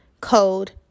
code